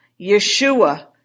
Yeshua